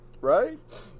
Right